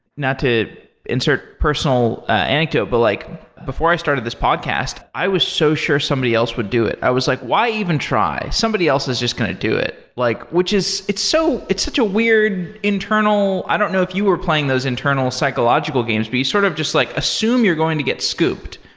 not to insert personal anecdote. but like before i started this podcast, i was so sure somebody else would do it. i was like, why even try? somebody else is just going to do it. like which is it's so it's such a weird internal i don't know if you were playing those internal psychological games, but you sort of just like assume you're going to get scooped,